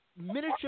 miniature